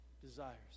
desires